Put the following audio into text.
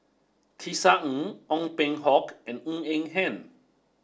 Tisa Ng Ong Peng Hock and Ng Eng Hen